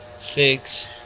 six